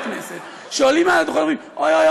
כנסת שעולים על הדוכן ואומרים: אוי,